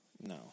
No